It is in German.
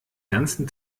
ganzen